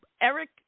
Eric